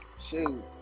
shoot